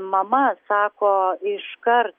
mama sako iškar